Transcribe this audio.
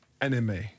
enemy